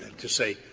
to say,